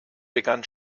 begann